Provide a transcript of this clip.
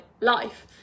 life